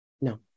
No